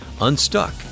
Unstuck